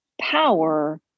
power